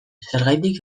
zergatik